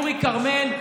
אורי כרמל,